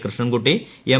Krishnankutty M